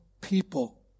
people